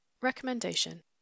Recommendation